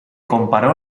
comparó